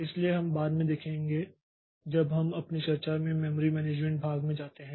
इसलिए हम बाद में देखेंगे जब हम अपनी चर्चा के मेमोरी मॅनेज्मेंट भाग में जाते हैं